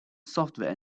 software